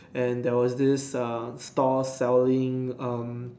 and there was this um stall selling um